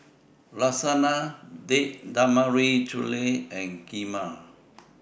Lasagna Date Tamarind Chutney and Kheema